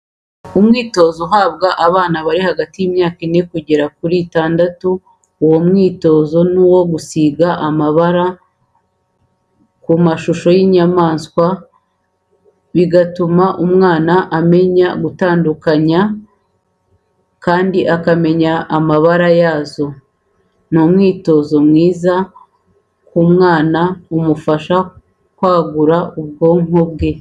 Umwitozo uhabwa abana barihagati y'imyaka ine kugera ku myaka itandatu, uwo mwitozi ni uwogusiga amabara ku mashusho y'inyamaswa, bigatuma umwana amenya kuzitandukanya kandi akamenya n'amabara yazo. ni umwitozo mwiza ku mwana umufasha kwagura ubwonko bwe.